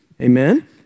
Amen